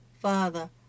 Father